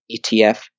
ETF